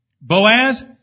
Boaz